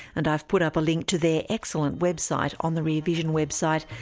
and i've put up a link to their excellent website on the rear vision website.